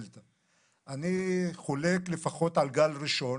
אני חושב שיש לנו מה לשפר במערכת הבריאות,